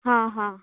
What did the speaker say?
हां हां